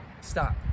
stop